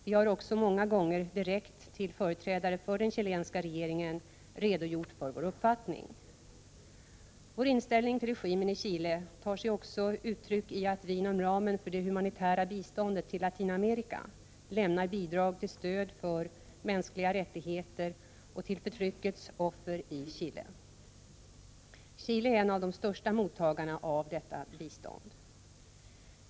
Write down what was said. Vi har också många gånger direkt till företrädare för den chilenska regeringen redogjort för vår uppfattning. Vår inställning till regimen i Chile tar sig också uttryck i att vi inom ramen för det humanitära biståndet till Latinamerika lämnar bidrag till stöd för mänskliga rättigheter och till förtryckets offer i Chile. Chile är en av de största mottagarna av detta bistånd.